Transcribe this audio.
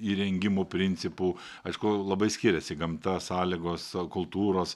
įrengimo principų aišku labai skiriasi gamta sąlygos kultūros